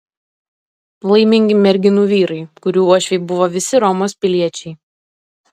laimingi merginų vyrai kurių uošviai buvo visi romos piliečiai